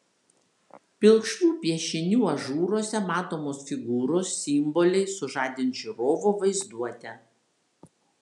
pilkšvų piešinių ažūruose matomos figūros simboliai sužadins žiūrovo vaizduotę